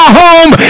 home